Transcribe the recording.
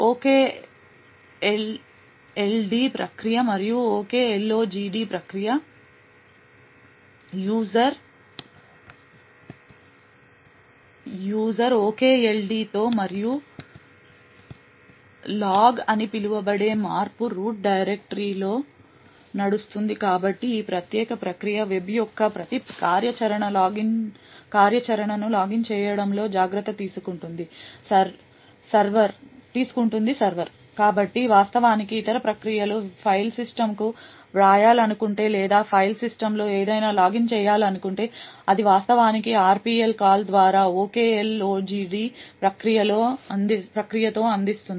OKD ఒక ప్రక్రియ మరియు OKLOGD ప్రక్రియ OKLOGD ప్రక్రియ యూజర్ OKLOGD తో మరియు లాగ్ అని పిలువబడే మార్పు రూట్ డైరెక్టరీలో నడుస్తుంది కాబట్టి ఈ ప్రత్యేక ప్రక్రియ వెబ్ యొక్క ప్రతి కార్యాచరణను లాగిన్ చేయడంలో జాగ్రత్త తీసుకుంటుంది సర్వర్ కాబట్టి వాస్తవానికి ఇతర ప్రక్రియలు ఫైల్ సిస్టమ్కు వ్రాయాలనుకుంటే లేదా ఫైల్ సిస్టమ్లో ఏదైనా లాగిన్ చేయాలనుకుంటే అది వాస్తవానికి RPL కాల్ ద్వారా OKLOGD ప్రక్రియతో అందింస్తుంది